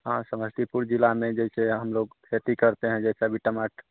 हाँ समस्तीपुर ज़िले में जैसे हम लोग खेती करते हैं जैसे अभी टमाट